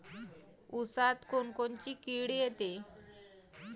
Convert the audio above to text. ऊसात कोनकोनची किड येते?